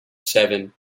seven